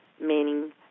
meaning